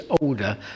older